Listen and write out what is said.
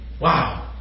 Wow